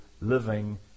living